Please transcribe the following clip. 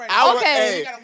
Okay